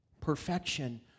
Perfection